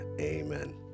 amen